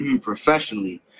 professionally